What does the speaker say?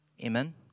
Amen